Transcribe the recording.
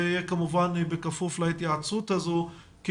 זה יהיה כמובן בכפוף להתייעצות הזו כי